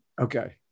Okay